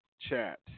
chat